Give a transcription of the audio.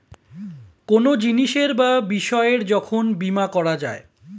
কোনো জিনিসের বা বিষয়ের যখন বীমা করা যায়